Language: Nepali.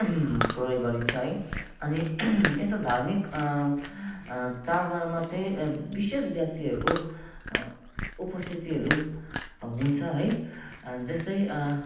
प्रयोग गरिन्छ है अनि यस्तो धार्मिक चाडबाडमा चाहिँ विशेष व्यक्तिहरूको उपस्थितिहरू हुन्छ है जस्तै